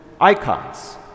icons